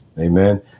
Amen